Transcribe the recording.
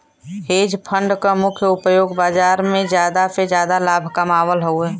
hedge fund क मुख्य उपयोग बाजार में जादा से जादा लाभ कमावल हउवे